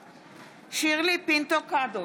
שירלי פינטו קדוש,